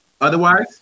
Otherwise